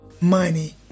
money